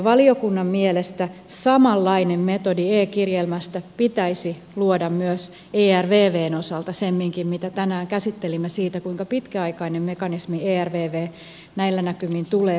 valiokunnan mielestä samanlainen metodi e kirjelmästä pitäisi luoda myös ervvn osalta semminkin mitä tänään käsittelimme siitä kuinka pitkäaikainen mekanismi ervv näillä näkymin tulee olemaan